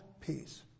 peace